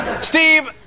Steve